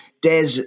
Des